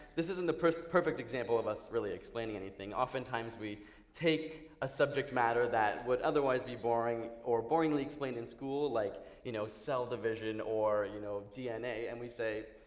this isn't the perfect perfect example of us really explaining anything. oftentimes we take a subject matter that would otherwise be boring or boringly explained in school, like you know cell division or you know dna and we say,